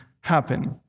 happen